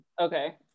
okay